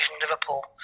Liverpool